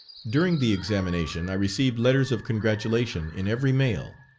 during the examination i received letters of congratulation in every mail.